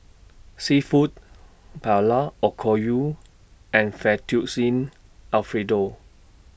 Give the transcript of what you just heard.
Seafood Paella Okayu and Fettuccine Alfredo